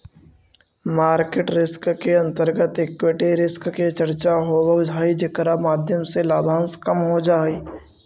market risk के अंतर्गत equity risk के चर्चा होवऽ हई जेकरा माध्यम से लाभांश कम हो जा हई